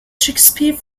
shakespeare